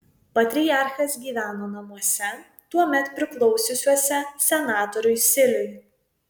patriarchas gyveno namuose tuomet priklausiusiuose senatoriui siliui